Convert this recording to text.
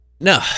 No